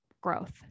growth